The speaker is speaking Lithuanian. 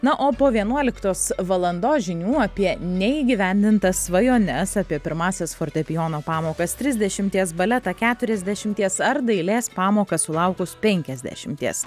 na o po vienuoliktos valandos žinių apie neįgyvendintas svajones apie pirmąsias fortepijono pamokas trisdešimties baletą keturiasdešimties ar dailės pamokas sulaukus penkiasdešimties